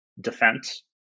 defense